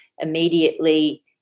immediately